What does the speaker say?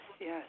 yes